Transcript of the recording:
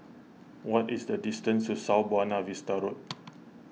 what is the distance to South Buona Vista Road